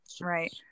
Right